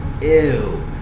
ew